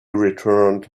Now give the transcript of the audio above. returned